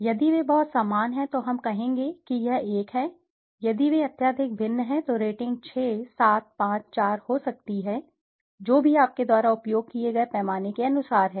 यदि वे बहुत समान हैं तो हमें कहें कि हम कहेंगे कि यह एक है यदि वे अत्यधिक भिन्न हैं तो रेटिंग 6 7 5 4 हो सकती है जो भी आपके द्वारा उपयोग किए गए पैमाने के अनुसार है